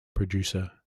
producer